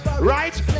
Right